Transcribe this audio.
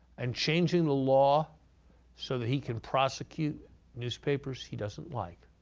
and changing the law so that he can prosecute newspapers he doesn't like,